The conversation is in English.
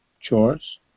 chores